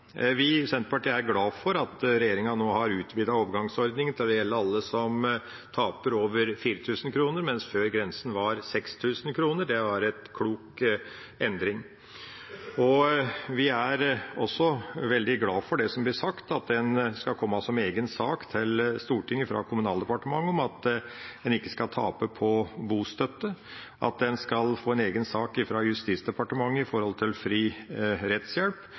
Vi i Senterpartiet er glad for at regjeringa nå har utvidet overgangsordninga til å gjelde alle som taper over 4 000 kr, mens grensen før var 6 000 kr. Det var en klok endring. Vi er også veldig glad for det som blir sagt, at det skal komme som egen sak til Stortinget fra Kommunaldepartementet at en ikke skal tape på bostøtte, at en skal få en egen sak fra Justisdepartementet om fri rettshjelp,